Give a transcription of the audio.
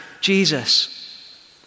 Jesus